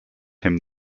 him